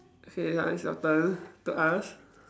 K now is your turn to ask